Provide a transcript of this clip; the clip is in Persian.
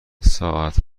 ساعت